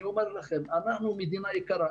אנחנו מדינה יקרה,